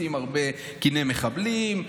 קיני מחבלים,